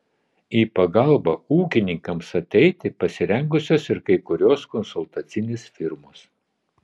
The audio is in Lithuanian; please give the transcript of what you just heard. į pagalbą ūkininkams ateiti pasirengusios ir kai kurios konsultacinės firmos